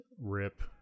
Rip